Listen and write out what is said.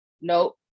nope